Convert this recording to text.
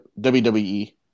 WWE